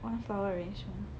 玩 flower arrangement